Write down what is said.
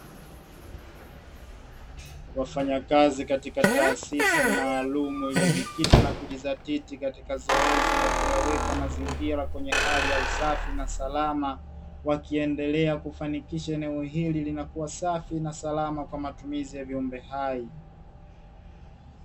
Wafanya kazi katika taasisi maalumu iliyo jikita na kujizatiti katika zoezi la kuyaweka mazingira kwenye hali ya safi na salama, wakiendelea kufanikisha eneo hili linakuwa safi na salama kwa matumizi ya viumbe hai.